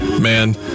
man